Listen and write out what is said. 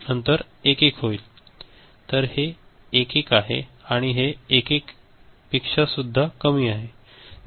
तर हे 1 1 आहे हे 1 1 पेक्षा सुद्धा कमी आहे